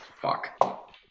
Fuck